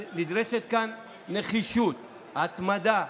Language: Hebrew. נדרשות כאן נחישות והתמדה.